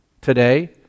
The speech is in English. today